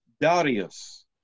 Darius